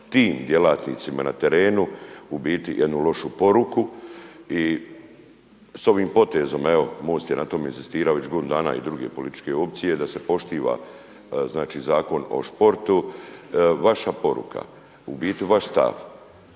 tim djelatnicima na terenu u biti jednu lošu poruku. I s ovim potezom, evo MOST je na tome inzistirao i već godinu dana i druge političke opcije da se poštiva Zakon o sportu. Vaša poruka, u biti vaš stav,